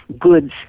goods